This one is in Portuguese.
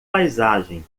paisagem